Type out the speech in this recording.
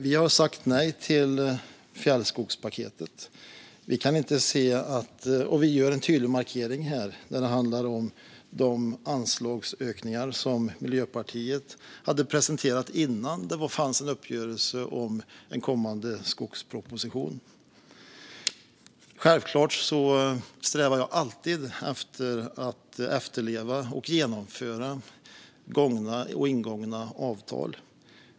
Vi har sagt nej till fjällskogspaketet, och vi gör en tydlig markering när det handlar om de anslagsökningar som Miljöpartiet hade presenterat innan det fanns en uppgörelse om en kommande skogsproposition. Självklart strävar jag alltid efter att efterleva och genomföra ingångna avtal.